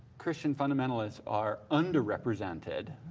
christian fundamentalists are underrepresented,